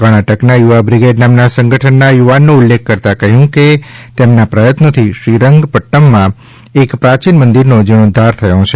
કર્ણાટકના યુવા બ્રિગેડ નામના સંગઠનના યુવાનોનો ઉલ્લેખ કરતા કહ્યું કે તેમના પ્રયત્નોથી શ્રીરંગપટૃમમાં એક પ્રાચીન મંદીરનો જીણોધ્ધાર થયો છે